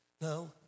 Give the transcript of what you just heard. No